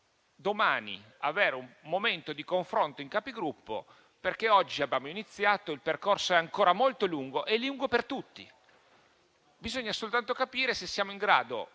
domani, avere un momento di confronto in Capigruppo, perché oggi abbiamo iniziato e il percorso è ancora molto lungo per tutti. Bisogna soltanto capire se saremo in grado